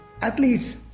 Athletes